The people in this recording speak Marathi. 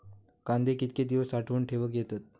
कांदे कितके दिवस साठऊन ठेवक येतत?